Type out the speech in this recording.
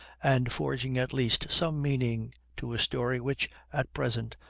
and forging at least some meaning to a story which, at present,